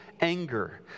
anger